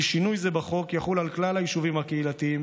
כי שינוי זה בחוק יחול על כלל היישובים הקהילתיים